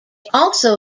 also